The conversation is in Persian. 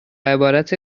عبارت